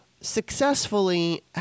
successfully